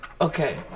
Okay